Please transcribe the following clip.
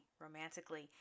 romantically